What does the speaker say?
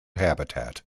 habitat